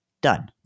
Done